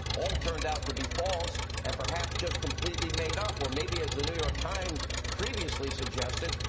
all turned out to be false, and perhaps just completely made up or maybe as the new york times previously suggested,